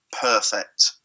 perfect